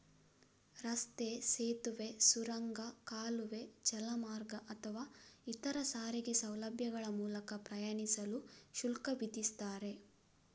ರಸ್ತೆ, ಸೇತುವೆ, ಸುರಂಗ, ಕಾಲುವೆ, ಜಲಮಾರ್ಗ ಅಥವಾ ಇತರ ಸಾರಿಗೆ ಸೌಲಭ್ಯಗಳ ಮೂಲಕ ಪ್ರಯಾಣಿಸಲು ಶುಲ್ಕ ವಿಧಿಸ್ತಾರೆ